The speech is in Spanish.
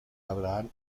abraham